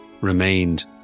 remained